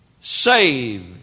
Saved